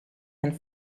and